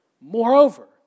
Moreover